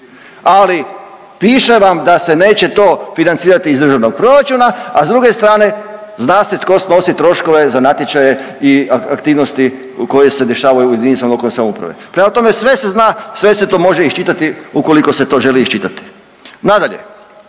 ali piše vam da se neće to financirati iz Državnog proračuna, a s druge strane zna se tko snosi troškove za natječaje i aktivnosti koje se dešavaju u jedinicama lokalne samouprave. Prema tome, sve se zna, sve se to može iščitati ukoliko se to želi iščitati. Nadalje,